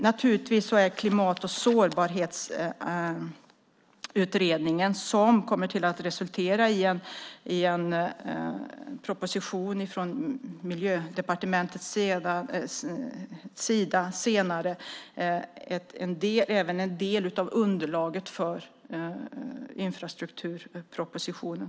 Naturligtvis är även Klimat och sårbarhetsutredningen, som senare kommer att resultera i en proposition från Miljödepartementet, en del av underlaget för infrastrukturpropositionen.